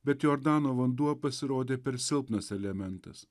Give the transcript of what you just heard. bet jordano vanduo pasirodė per silpnas elementas